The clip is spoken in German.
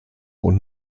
und